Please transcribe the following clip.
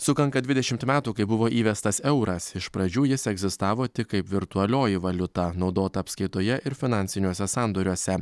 sukanka dvidešimt metų kai buvo įvestas euras iš pradžių jis egzistavo tik kaip virtualioji valiuta naudota apskaitoje ir finansiniuose sandoriuose